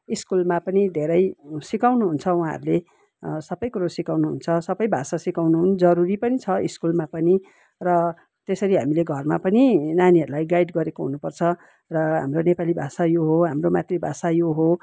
स्कुलमा पनि धेरै सिकाउनु हुन्छ उहाँहरूले सबै कुरो सिकाउनुहुन्छ सबै भाषा सिकाउनु पनि जरुरी पनि छ स्कुलमा पनि र त्यसरी हामीले घरमा पनि नानीहरूलाई गाइड गरेको हुनुपर्छ र हाम्रो नेपाली भाषा यो हो हाम्रो मातृभाषा यो हो